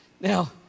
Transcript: Now